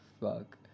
fuck